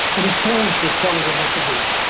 and as parents we're telling them what to do.